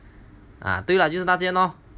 对 lah 就是那间 lor